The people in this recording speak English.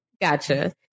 Gotcha